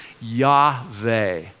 Yahweh